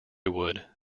wood